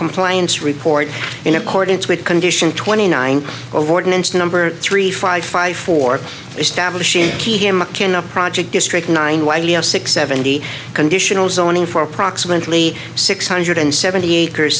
compliance report in accordance with condition twenty nine of ordinance number three five five for establishing key him cannot project district nine hundred seventy conditional zoning for approximately six hundred seventy acres